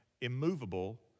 immovable